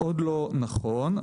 נכון.